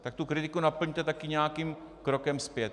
Tak tu kritiku naplňte taky nějakým krokem zpět.